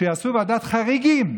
שיעשו ועדת חריגים,